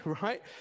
right